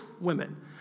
women